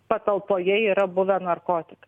patalpoje yra buvę narkotikai